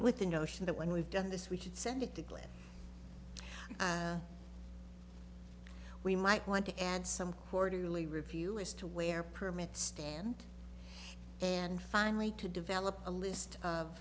with the notion that when we've done this we could send it to glen we might want to add some quarterly review as to where permits stand and finally to develop a list of